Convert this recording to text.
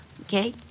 Okay